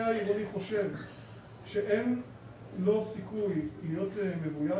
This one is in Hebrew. העירוני חושב שאין לו סיכוי להיות מבוית,